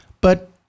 but-